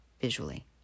visually